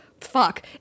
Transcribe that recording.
Fuck